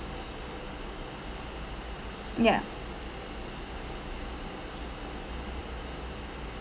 yeah